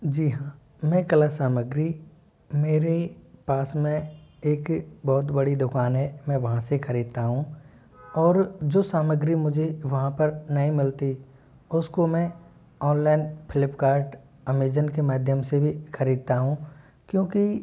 जी हाँ मैं कला सामग्री मेरे पास में एक बहुत बड़ी दुकान है मैं वहाँ से ख़रीदता हूँ और जो सामग्री मुझे वहाँ पर नहीं मिलती उसको मैं ऑनलाइन फ्लिपकार्ट अमेज़न के माध्यम से भी ख़रीदता हूँ क्योंकि